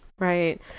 Right